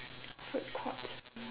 food courts